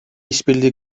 işbirliği